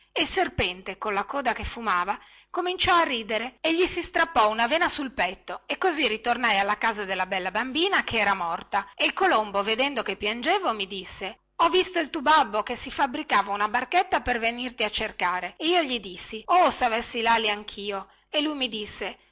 e il serpente colla coda che gli fumava cominciò a ridere e gli si strappò una vena sul petto e così ritornai alla casa della bella bambina che era morta e il colombo vedendo che piangevo mi disse ho visto il tu babbo che si fabbricava una barchettina per venirti a cercare e io gli dissi oh se avessi lali anchio e lui mi disse